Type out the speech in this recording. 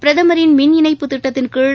பிரதமரின் மின் இணைப்பு திட்டத்தின் கீழ்